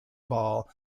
ball